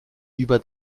über